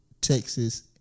Texas